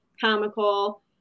comical